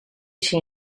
she